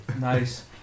nice